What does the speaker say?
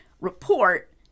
report